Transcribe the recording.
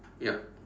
yup